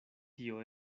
tio